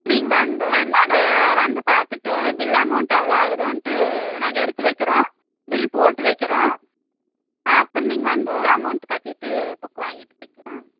நீங்கள் வந்து வேணுணா டே வந்து பார்த்துட்டு பில் அமௌண்ட் எவ்வளோ ஆகுதுண்ட்டு நாங்கள் எடுத்து வைக்கிறோம் பில் போட்டு வைக்கிறோம் அப்புறம் நீங்கள் வந்து அமௌண்ட் கட்டிவிட்டு புக் வாங்கிகிட்டு போய்க்கலாம்